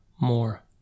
more